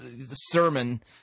sermon